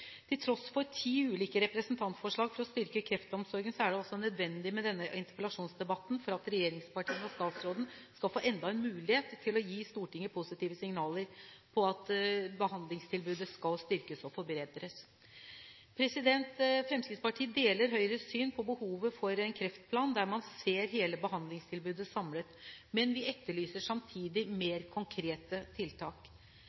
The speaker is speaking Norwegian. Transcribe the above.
Til tross for ti ulike representantforslag for å styrke kreftomsorgen er det altså nødvendig med denne interpellasjonsdebatten for at regjeringspartiene og statsråden skal få enda en mulighet til å gi Stortinget positive signaler om at behandlingstilbudet skal styrkes og forbedres. Fremskrittspartiet deler Høyres syn på behovet for en kreftplan der man ser hele behandlingstilbudet samlet, men vi etterlyser samtidig